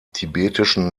tibetischen